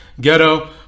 ghetto